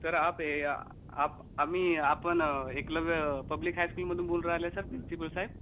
sir आपे या आप आम्ही आपण एकलव्य पब्लिक हायस्कूलमधून बोलू राहिले सर प्रिन्सिपल साहेब